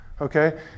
Okay